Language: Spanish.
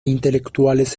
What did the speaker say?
intelectuales